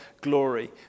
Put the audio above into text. glory